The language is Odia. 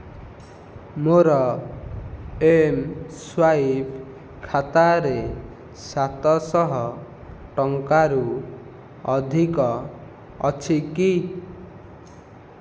ମୋର ଏମ୍ସ୍ୱାଇପ୍ ଖାତାରେ ସାତଶହ ଟଙ୍କାରୁ ଅଧିକ ଅଛି କି